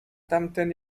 tamten